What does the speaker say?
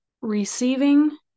receiving